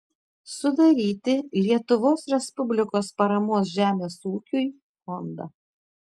sudaryti lietuvos respublikos paramos žemės ūkiui fondą